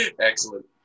Excellent